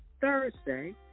Thursday